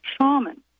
shaman